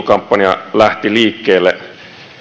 kampanja lähti liikkeelle